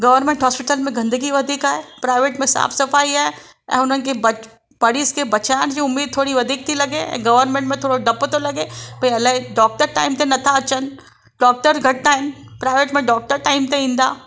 government hospital में गंदगी वधीक आहे प्रायवेट में साफ़ु सफ़ाई आहे ऐं उन्हनि खे मरीज़ खे बचाइण जी उमीद थोरी वधीक थी लॻे ऐं गवर्मेंट में थोरो डपु थो लॻे भई अलाए डॉक्टर टाइम ते नथा अचनि डॉक्टर घटि आहिनि प्रायवेट में डॉक्टर टाइम ते ईंदा